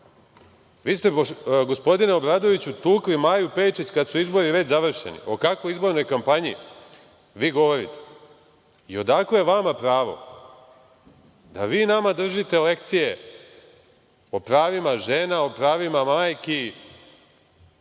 ste gospodine Obradoviću, tukli Maju Pejčić kad su izbori već završeni. O kakvoj izbornoj kampanji vi govorite i odakle vama pravo da vi nama držite lekcije o pravima žena, o pravima majki.